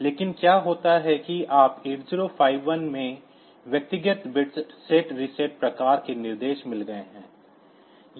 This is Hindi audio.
लेकिन क्या होता है कि आपको 8051 में व्यक्तिगत बिट सेट रीसेट प्रकार के निर्देश मिल गए हैं